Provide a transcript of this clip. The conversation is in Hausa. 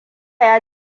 ya